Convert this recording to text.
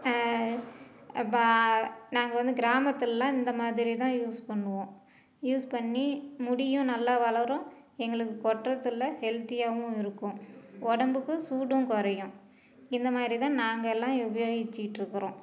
பா நாங்கள் வந்து கிராமத்துலெலாம் இந்த மாதிரி தான் யூஸ் பண்ணுவோம் யூஸ் பண்ணி முடியும் நல்லா வளரும் எங்களுக்கு கொட்டுறதில்ல ஹெல்த்தியாகவும் இருக்கும் உடம்புக்கு சூடும் குறையும் இந்த மாதிரி தான் நாங்கெல்லாம் உபயோகிச்சிட்டிருக்கறோம்